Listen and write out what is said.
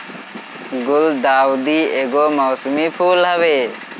गुलदाउदी एगो मौसमी फूल हवे